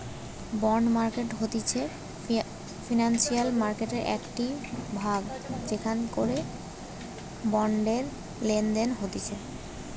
bond market হতিছে financial মার্কেটের একটিই ভাগ যেখান করে বন্ডের লেনদেন হতিছে